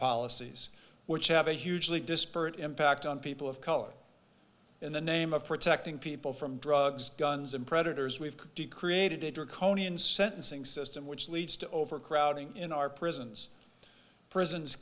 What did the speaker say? policies which have a hugely disparate impact on people of color in the name of protecting people from drugs guns and predators we've created a draconian sentencing system which leads to overcrowding in our prisons prisons